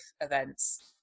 events